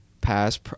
pass